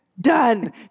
Done